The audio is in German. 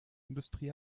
industrie